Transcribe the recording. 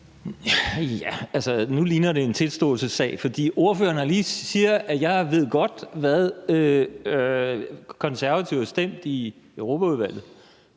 (V): Altså, nu ligner det en tilståelsessag, for ordføreren siger, at hun godt ved, hvad Konservative har stemt i Europaudvalget.